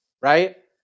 right